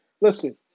Listen